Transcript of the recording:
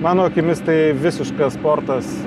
mano akimis tai visiškas sportas